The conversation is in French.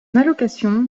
allocation